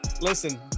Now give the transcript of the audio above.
listen